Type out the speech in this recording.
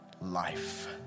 life